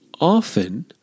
often